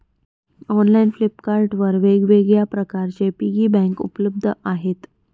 online Flipkart वर वेगवेगळ्या प्रकारचे पिगी बँक उपलब्ध आहेत